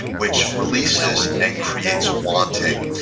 which releases and creates wanting.